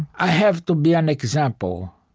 i have to be an example.